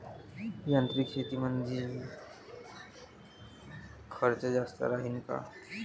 यांत्रिक शेतीमंदील खर्च जास्त राहीन का?